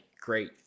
great